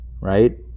right